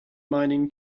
mining